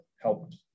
helped